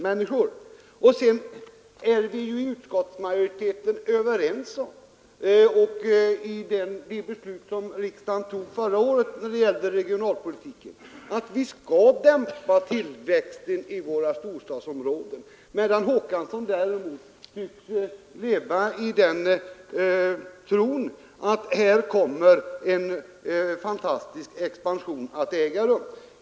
Inom utskottsmajoriteten är vi överens om att vi skall dämpa tillväxten i våra storstadsområden. I det beslut, som riksdagen tog förra året i fråga om regionalpolitiken, var vi också överens. Herr Håkansson tycks däremot leva i den tron att en fantastisk expansion kommer att äga rum.